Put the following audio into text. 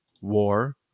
war